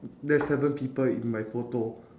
there's seven people in my photo